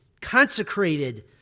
consecrated